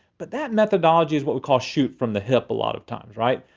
but that methodology is what we call shoot from the hip a lot of times, right?